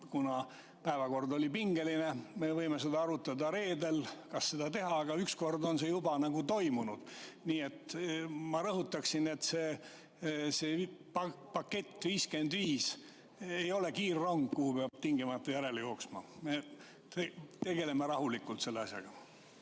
kuna päevakord oli pingeline. Me võime arutada reedel, kas seda teha. Aga üks kord on see juba toimunud. Nii et ma rõhutaksin, et see "Pakett 55" ei ole kiirrong, mille peale peab tingimata jooksma. Tegeleme rahulikult selle asjaga.